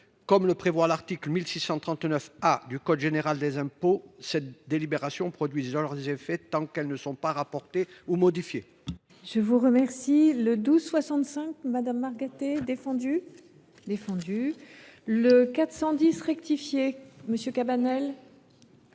comme le prévoit l’article 1639 A du code général des impôts. Ces délibérations produisent leurs effets tant qu’elles ne sont pas rapportées ou modifiées.